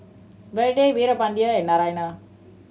Vedre Veerapandiya and Naraina